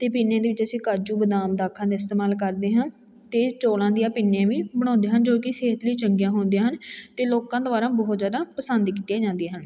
ਅਤੇ ਪਿੰਨੀਆਂ ਦੇ ਵਿੱਚ ਅਸੀਂ ਕਾਜੂ ਬਦਾਮ ਦਾਖਾਂ ਦੇ ਇਸਤੇਮਾਲ ਕਰਦੇ ਹਾਂ ਅਤੇ ਚੌਲਾਂ ਦੀਆਂ ਪਿੰਨੀਆਂ ਵੀ ਬਣਾਉਂਦੇ ਹਨ ਜੋ ਕਿ ਸਿਹਤ ਲਈ ਚੰਗੀਆਂ ਹੁੰਦੀਆਂ ਹਨ ਅਤੇ ਲੋਕਾਂ ਦੁਆਰਾ ਬਹੁਤ ਜ਼ਿਆਦਾ ਪਸੰਦ ਕੀਤੀਆਂ ਜਾਂਦੀਆਂ ਹਨ